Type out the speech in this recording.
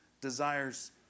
desires